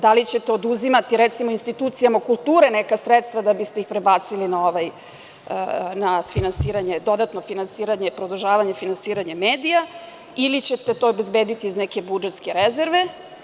Da li ćete oduzimati, recimo, institucijama kulture neka sredstva da biste ih prebacili na dodatno finansiranje, produžavanje finansiranja medija, ili ćete to obezbediti iz neke budžetske rezerve?